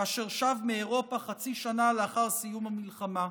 כאשר שב מאירופה חצי שנה לאחר סיום המלחמה.